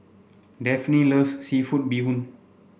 Daphne loves seafood Bee Hoon